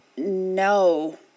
no